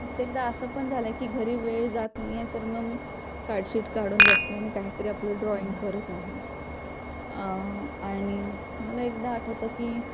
कित्येकदा असं पण झालं आहे की घरी वेळ जात नाही आहे तर मग मी कार्डशीट काढून बसले आणि काहीतरी आपलं ड्रॉईंग करत आहे आणि मला एकदा आठवतं की